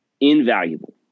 invaluable